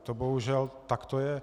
To bohužel tak je.